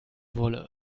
wolle